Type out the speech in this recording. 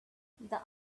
but